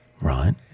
Right